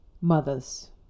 mothers